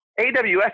AWS